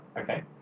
okay